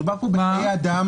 מדובר פה בבני אדם,